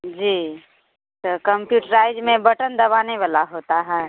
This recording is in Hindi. जी सर कंप्यूटराइज में बटन दबाने वाला होता है